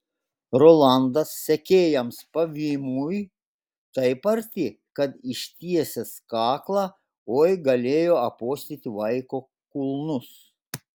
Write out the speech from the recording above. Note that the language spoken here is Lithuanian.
rolandas sekėjams pavymui taip arti kad ištiesęs kaklą oi galėjo apuostyti vaiko kulnus